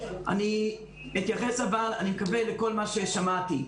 אני מקווה שאתייחס לכל מה ששמעתי.